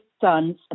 sons